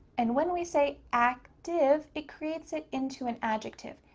and when we say active, it creates it into an adjective.